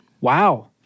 Wow